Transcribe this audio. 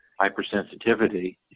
hypersensitivity